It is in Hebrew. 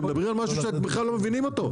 אתם מדברים על משהו שאתם בכלל לא מבינים אותו,